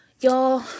y'all